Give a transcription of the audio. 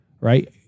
Right